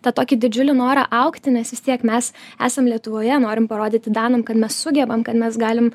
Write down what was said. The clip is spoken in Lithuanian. tą tokį didžiulį norą augti nes vis tiek mes esam lietuvoje norim parodyti danam kad mes sugebam kad mes galim